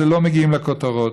שלא מגיעים לכותרות,